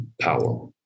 power